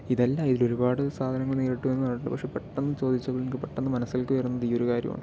ഇതല്ലാ ഒരുപാട് സാധനങ്ങൾ നേരിടേണ്ടി വന്നിട്ടുണ്ട് പെട്ടന്ന് ചോദിച്ചപ്പോൾ എനിക്ക് പെട്ടന്ന് മനസ്സിലേക്ക് വരുന്നത് ഈ ഒരു കാര്യമാണ്